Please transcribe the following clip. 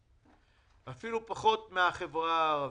אפילו יותר מהחברה הערבית.